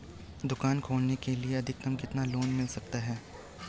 दुकान खोलने के लिए अधिकतम कितना लोन मिल सकता है?